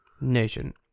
Nation